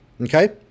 okay